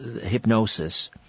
hypnosis